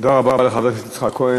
תודה רבה לחבר הכנסת יצחק כהן.